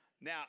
Now